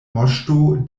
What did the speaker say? moŝto